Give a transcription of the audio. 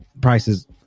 prices